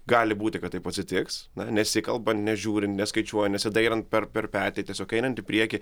gali būti kad taip atsitiks na nesikalba nežiūri neskaičiuoja nesidairant per per petį tiesiog einant į priekį